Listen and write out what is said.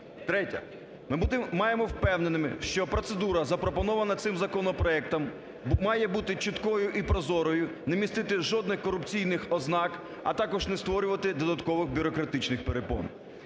Третє. Ми маємо бути впевненими, що процедура запропонована цим законопроектом має бути чіткою і прозорою не містити жодних корупційних ознак, а також не створювати додаткових бюрократичних перепон.